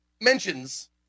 mentions